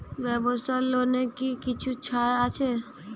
ব্যাবসার লোনে কি কিছু ছাড় আছে?